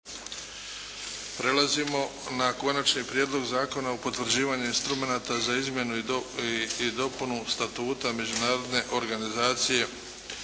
vezanim za rad. Ovim prijedlogom zakona potvrđuje se instrument za izmjenu i dopunu statuta Međunarodne organizacije